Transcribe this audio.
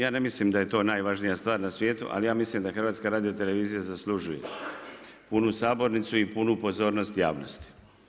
Ja ne mislim da je to najvažnija stvar na svijetu, ali ja mislim da Hrvatska radiotelevizija zaslužuje punu sabornicu i punu pozornost javnosti.